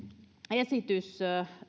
esitys